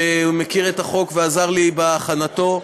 שמכיר את החוק ועזר לי בהכנתו.